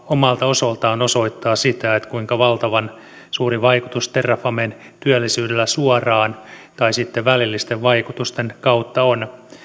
omalta osaltaan osoittaa sitä kuinka valtavan suuri vaikutus terrafamen työllisyydellä suoraan tai sitten välillisten vaikutusten kautta on